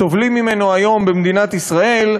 סובלים ממנו היום במדינת ישראל,